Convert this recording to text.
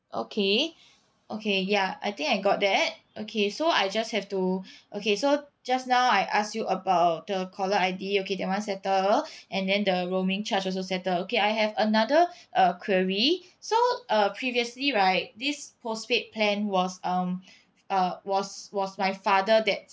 okay okay ya I think I got that okay so I just have to okay so just now I asked you about the caller I_D okay that one settled and then the roaming charge also settled okay I have another uh query so uh previously right this postpaid plan was um uh was was my father that